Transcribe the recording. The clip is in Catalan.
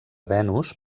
venus